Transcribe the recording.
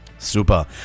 Super